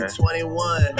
21